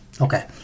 Okay